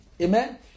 Amen